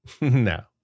no